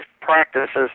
practices